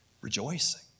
rejoicing